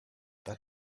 that